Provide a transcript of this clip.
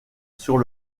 sur